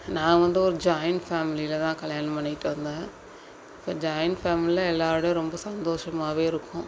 நான் வந்து ஒரு ஜாயின் ஃபேமிலியில் தான் கல்யாணம் பண்ணிட்டு வந்தேன் இப்போ ஜாயின் ஃபேமிலியில் எல்லோரோடையும் ரொம்ப சந்தோஷமாகவே இருக்கோம்